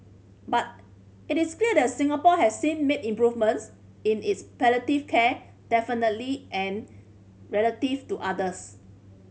but it is clear that Singapore has since made improvements in its palliative care definitely and relative to others